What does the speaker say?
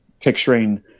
picturing